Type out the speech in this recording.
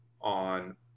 on